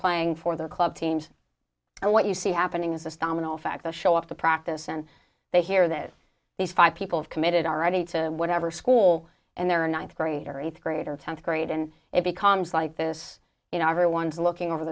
playing for their club teams and what you see happening is this domino effect to show up the practice and they hear that these five people have committed already to whatever school and they're ninth grade or eighth grade or tenth grade and it becomes like this you know everyone's looking over